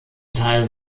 teil